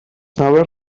noves